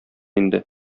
инде